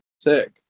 sick